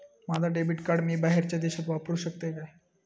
माझा debit card मी बाहेरच्या देशात वापरू शकतय काय?